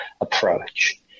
approach